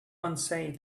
unsay